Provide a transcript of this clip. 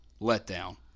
letdown